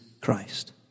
Christ